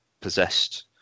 possessed